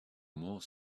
more